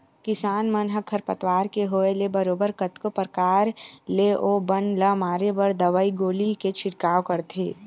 किसान मन ह खरपतवार के होय ले बरोबर कतको परकार ले ओ बन ल मारे बर दवई गोली के छिड़काव करथे